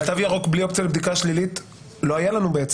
אבל תו ירוק בלי אופציה לבדיקה שלילית לא היה לנו.